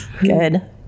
Good